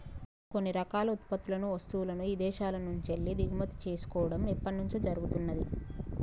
కొన్ని రకాల ఉత్పత్తులను, వస్తువులను ఇదేశాల నుంచెల్లి దిగుమతి చేసుకోడం ఎప్పట్నుంచో జరుగుతున్నాది